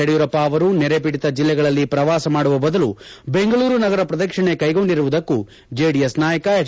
ಯಡಿಯೂರಪ್ಪ ಅವರು ನೆರೆ ಪೀಡಿತ ಜಿಲ್ಲೆಗಳಲ್ಲಿ ಪ್ರವಾಸ ಮಾಡುವ ಬದಲು ಬೆಂಗಳೂರು ನಗರ ಪ್ರದಕ್ಷಿಣೆ ಕೈಗೊಂಡಿರುವುದಕ್ಕೂ ಜೆಡಿಎಸ್ ನಾಯಕ ಹೆಚ್